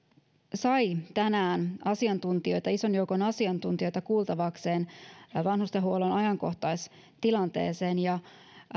sai tänään ison joukon asiantuntijoita kuultavakseen vanhustenhuollon ajankohtaistilanteesta ja